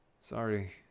Sorry